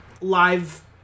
live